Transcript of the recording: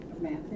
Matthew